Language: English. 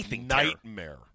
nightmare